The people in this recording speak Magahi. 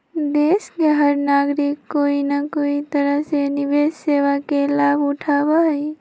देश के हर नागरिक कोई न कोई तरह से निवेश सेवा के लाभ उठावा हई